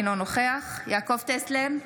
אינו נוכח יעקב טסלר,